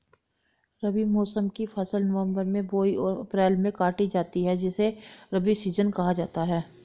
रबी मौसम की फसल नवंबर में बोई और अप्रैल में काटी जाती है जिसे रबी सीजन कहा जाता है